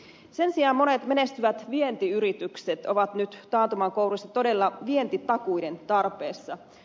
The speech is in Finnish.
sen sijaan monet menestyvät vientiyritykset ovat nyt taantuman kourissa todella vientitakuiden tarpeessa